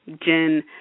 Jen